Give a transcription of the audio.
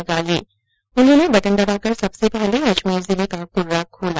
शाले मोहम्मद ने बटन दबाकर सबसे पहले अजमेर जिले का कुर्रा खोला